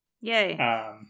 Yay